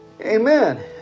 Amen